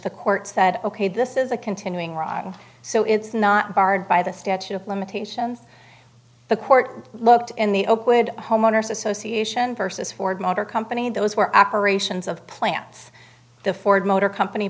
the court said ok this is a continuing rotten so it's not barred by the statute of limitations the court looked in the open wood homeowners association versus ford motor company those were apparation of plants the ford motor company